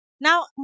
now